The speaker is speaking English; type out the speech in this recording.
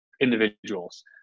individuals